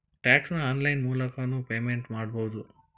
tax ನ online ಮೂಲಕನೂ payment ಮಾಡಬೌದು